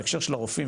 בהקשר של הרופאים,